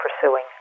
pursuing